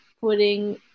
putting